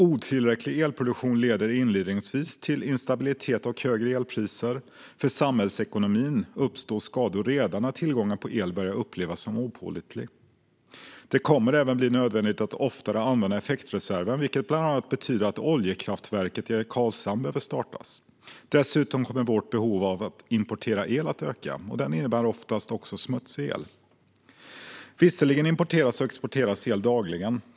Otillräcklig elproduktion leder inledningsvis till instabilitet och högre elpriser. För samhällsekonomin uppstår skador redan när tillgången på el börjar upplevas som opålitlig. Det kommer även att bli nödvändigt att oftare använda effektreserven, vilket bland annat betyder att oljekraftverket i Karlshamn behöver startas. Dessutom kommer vårt behov av att importera el att öka; det innebär oftast smutsig el. Visserligen importeras och exporteras el dagligen.